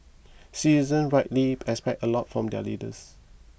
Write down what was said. citizens rightly expect a lot from their leaders